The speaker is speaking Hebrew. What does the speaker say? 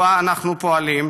שבה אנו פועלים,